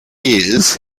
years